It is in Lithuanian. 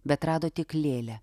bet rado tik lėlę